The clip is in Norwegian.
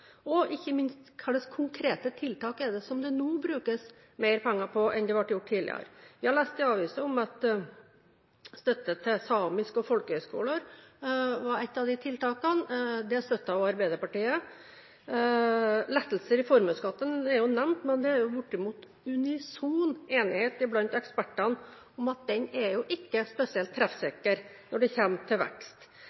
Og ikke minst: Hva slags konkrete tiltak brukes det nå mer penger på enn tidligere? Jeg leste i avisen at støtte til samisk og til folkehøyskoler var to av de tiltakene. Det støtter også Arbeiderpartiet. Lettelser i formuesskatten er nevnt, men det er jo bortimot unison enighet blant ekspertene om at det ikke er spesielt